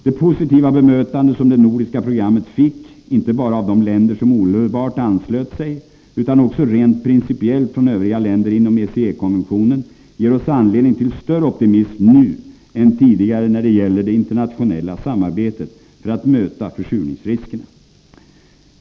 Det positiva bemötande som det nordiska programmet fick, inte bara av de länder som omedelbart anslöt sig utan också rent principiellt från övriga länder inom ECE-konventionen, ger oss anledning till större optimism nu än tidigare när det gäller det internationella samarbetet för att möta försurningsriskerna.